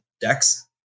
decks